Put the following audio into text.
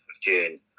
June